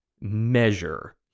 measure